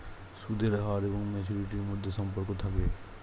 সুদের হার এবং ম্যাচুরিটির মধ্যে সম্পর্ক থাকে